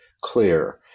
clear